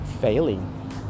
failing